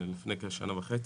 לפני כשנה וחצי,